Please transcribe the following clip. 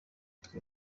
twe